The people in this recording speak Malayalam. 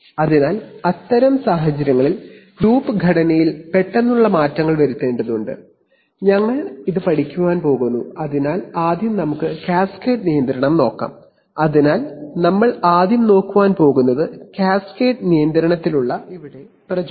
അതിനാൽ അത്തരം സാഹചര്യങ്ങളിൽ ലൂപ്പ് ഘടനയിൽ പെട്ടെന്നുള്ള മാറ്റങ്ങൾ വരുത്തേണ്ടതുണ്ട് അതിനാൽ ആദ്യം നമുക്ക് കാസ്കേഡ് നിയന്ത്രണം നോക്കാം അതിനാൽ നമ്മൾ ആദ്യം നോക്കാൻ പോകുന്നത് കാസ്കേഡ് നിയന്ത്രണത്തിനുള്ള പ്രചോദനമാണ് ആണ് ആണ്